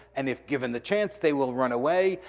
and if given the chance, they will run away.